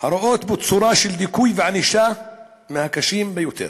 הרואות בו צורה של דיכוי וענישה מהקשים ביותר.